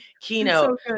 keynote